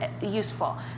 useful